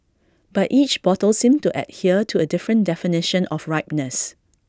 but each bottle seemed to adhere to A different definition of ripeness